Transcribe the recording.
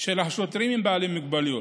של השוטרים עם בעלי מוגבלויות,